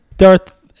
Darth